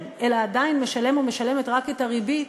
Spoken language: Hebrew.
אלא עדיין משלם או משלמת רק את הריבית,